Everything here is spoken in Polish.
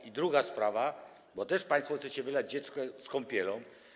I druga sprawa, bo też państwo chcecie wylać dziecko z kąpielą.